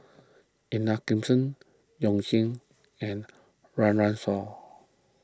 Ida You and Run Run Shaw